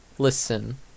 Listen